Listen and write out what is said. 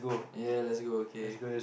ya let's go okay